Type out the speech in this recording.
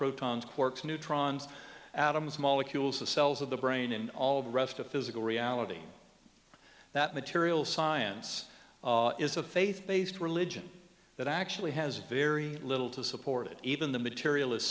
protons corks neutrons atoms molecules the cells of the brain and all the rest of physical reality that material science is a faith based religion that actually has very little to support it even the materialis